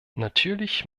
natürlich